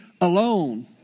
alone